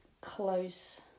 close